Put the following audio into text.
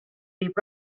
viib